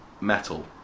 metal